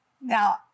Now